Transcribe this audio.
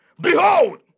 Behold